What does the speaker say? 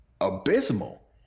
abysmal